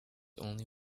only